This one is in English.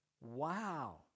Wow